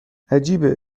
عجیبه